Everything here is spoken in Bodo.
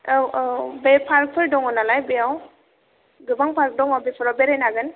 औ औ बे पार्कफोर दङ नालाय बेयाव गोबां पार्क दङ बेफोराव बेरायनो हागोन